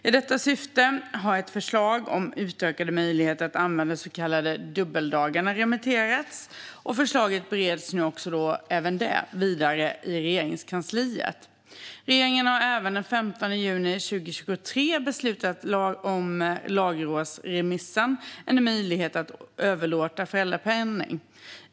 I detta syfte har ett förslag om utökade möjligheter att använda så kallade dubbeldagar remitterats, och även detta förslag bereds nu vidare i Regeringskansliet. Regeringen har även den 15 juni 2023 beslutat om lagrådsremissen En möjlighet att överlåta föräldrapenning .